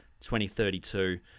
2032